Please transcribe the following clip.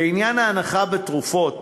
לעניין ההנחה בתרופות,